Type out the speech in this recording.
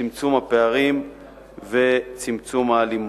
צמצום הפערים וצמצום האלימות.